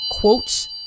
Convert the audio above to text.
quotes